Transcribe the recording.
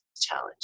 challenge